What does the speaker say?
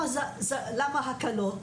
למה הקלות?